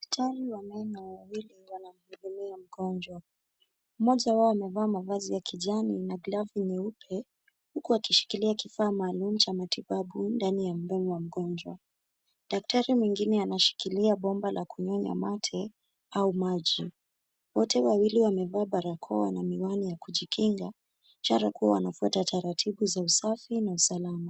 Daktari wa meno wawili wanamhudumia mgonjwa, mmoja wao amevaa mavazi ya kijani na glavu nyeupe, huku akishikilia kifaa maalum cha matibabu ndani ya mdomo wa mgonjwa. Daktari mwingine anashikilia bomba la kunyonya mate au maji. Wote wawili wamevaa barakoa na miwani ya kujikinga, ishara kuwa wanafuta taratibu za usafi na usalama.